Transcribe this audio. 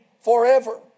forever